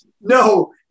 no